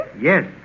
Yes